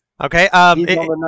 Okay